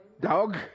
dog